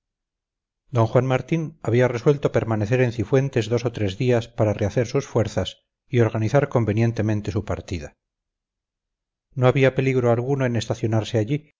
d juan martín había resuelto permanecer en cifuentes dos o tres días para rehacer sus fuerzas y organizar convenientemente su partida no había peligro alguno en estacionarse allí